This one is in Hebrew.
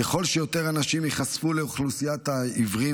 ככל שיותר אנשים ייחשפו לאוכלוסיית העיוורים